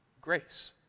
Grace